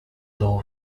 law